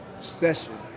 session